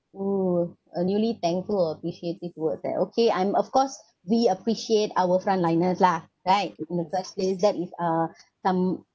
oh a newly thankful or appreciative words that okay I'm of course we appreciate our frontliners lah right in the first place that is uh some